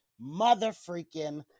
mother-freaking